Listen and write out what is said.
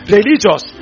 Religious